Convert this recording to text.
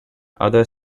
other